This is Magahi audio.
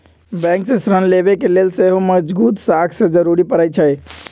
बैंक से ऋण लेबे के लेल सेहो मजगुत साख के जरूरी परै छइ